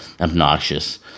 obnoxious